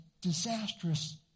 disastrous